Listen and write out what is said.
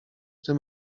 tym